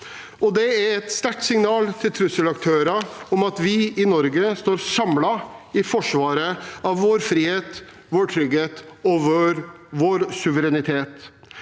det er et sterkt signal til trusselaktører om at vi i Norge står samlet i forsvaret av vår frihet, vår trygghet og vår suverenitet.